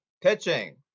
Pitching